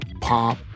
pop